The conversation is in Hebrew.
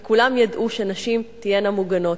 וכולם ידעו שנשים מוגנות.